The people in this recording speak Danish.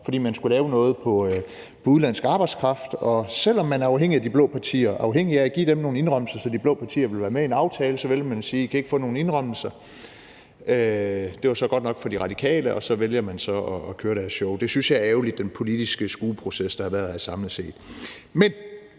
fordi man skulle lave noget på udenlandsk arbejdskraft. Og selv om man er afhængig af de blå partier og afhængig af at give dem nogle indrømmelser, så de blå partier ville være med i en aftale, vælger man at sige: I kan ikke få nogen indrømmelser. Det var så godt nok for De Radikale, og så vælger man så at køre deres show. Det synes jeg er ærgerligt, altså den politiske skueproces, der har været samlet set.